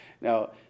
Now